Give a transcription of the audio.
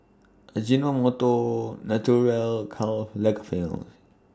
Ajinomoto Naturel Karl Lagerfeld